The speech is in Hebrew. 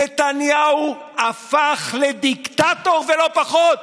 נתניהו הפך לדיקטטור, לא פחות.